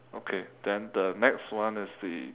okay then the next one is the